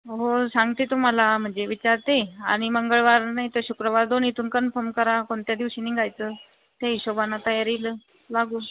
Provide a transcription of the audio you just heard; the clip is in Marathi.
हो सांगते तुम्हाला म्हणजे विचारते आणि मंगळवार नाही तर शुक्रवार दोन्हीतून कन्फर्म करा कोणत्या दिवशी निघायचं त्या हिशोबानं तयारीला लागू